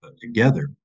together